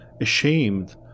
ashamed